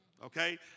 Okay